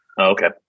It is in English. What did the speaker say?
Okay